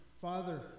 Father